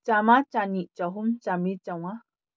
ꯆꯥꯝꯃ ꯆꯥꯅꯤ ꯆꯍꯨꯝ ꯆꯥꯃ꯭ꯔꯤ ꯆꯥꯃꯉꯥ